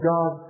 God